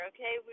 Okay